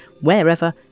wherever